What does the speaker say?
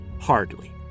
Hardly